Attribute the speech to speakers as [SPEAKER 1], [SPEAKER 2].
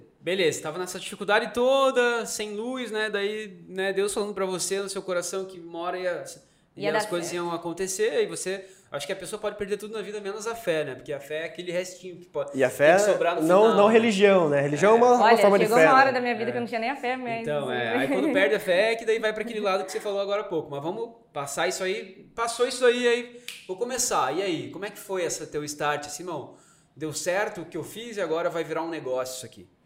[SPEAKER 1] Beleza, tava nessa dificuldade toda, sem luz, né? Daí, né, Deus falando pra você no seu coração que uma hora e as-
[SPEAKER 2] E
[SPEAKER 1] e
[SPEAKER 2] ia
[SPEAKER 1] as
[SPEAKER 2] dar
[SPEAKER 1] coisas
[SPEAKER 2] certo.
[SPEAKER 1] iam acontecer, e você- acho que a pessoa pode perder tudo na vida, menos a fé, né? Porque a fé é aquele restinho que po-
[SPEAKER 3] E a
[SPEAKER 1] tem que
[SPEAKER 3] fé,
[SPEAKER 1] sobrar no
[SPEAKER 3] não- não
[SPEAKER 1] final, né?
[SPEAKER 3] religião, né? Religião é
[SPEAKER 1] É.
[SPEAKER 3] uma- uma
[SPEAKER 2] Olha,
[SPEAKER 3] forma de
[SPEAKER 2] chegou uma
[SPEAKER 3] fé, né?
[SPEAKER 2] hora da minha vida que eu
[SPEAKER 3] É.
[SPEAKER 2] não tinha nem a fé mesmo.
[SPEAKER 1] Então, é. Aí quando perde a fé é que daí vai pra aquele lado que você falou agora há pouco. Mas vamos passar isso aí. Passou isso aí, aí vou começar. E aí, como é que foi essa teu start, Simão? Deu certo o que eu fiz e agora vai virar um negócio isso aqui?